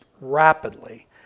rapidly